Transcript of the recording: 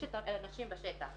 יש את האנשים בשטח,